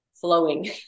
flowing